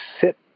sit